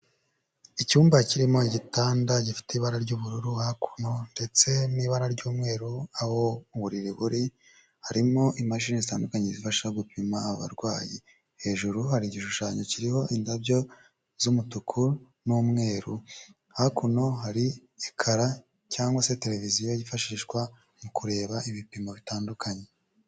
Icyumba kirimo igitanda gifite ibara ry'ubururu hakuno ndetse n'ibara ry'umweru, aho uburiri buri harimo imashini zitandukanye zifasha gupima abarwayi, hejuru hari igishushanyo kiriho indabyo z'umutuku n'umweru, hakuno hari ekara cyangwa se televiziyo yifashishwa mu kureba ibipimo bitandukanye.